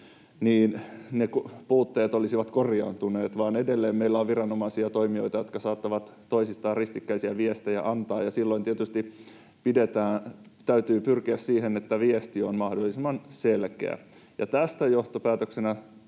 niin ne puutteet olisivat korjaantuneet, vaan edelleen meillä on viranomaisia, toimijoita, jotka saattavat toisistaan ristikkäisiä viestejä antaa, ja silloin tietysti täytyy pyrkiä siihen, että viesti on mahdollisimman selkeä. Tästä on johtopäätöksenä,